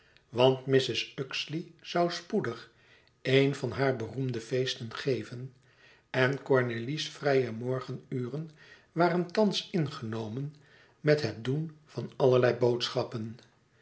want mrs uxeley zoû spoedig een van hare beroemde feesten geven en cornélie's vrije morgenuren waren thans ingenomen met het doen van allerlei boodschappen